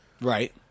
Right